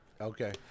Okay